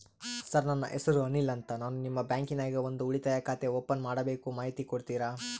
Sir ನನ್ನ ಹೆಸರು ಅನಿಲ್ ಅಂತ ನಾನು ನಿಮ್ಮ ಬ್ಯಾಂಕಿನ್ಯಾಗ ಒಂದು ಉಳಿತಾಯ ಖಾತೆ ಓಪನ್ ಮಾಡಬೇಕು ಮಾಹಿತಿ ಕೊಡ್ತೇರಾ?